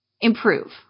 Improve